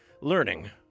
learning